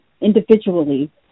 individually